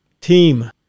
Team